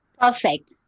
perfect